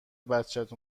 بچت